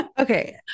Okay